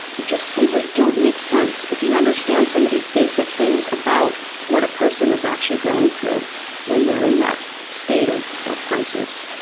just simply don't make sense if you understand some of these basic things about what a person is actually going through when they're in that state of of crisis.